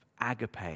agape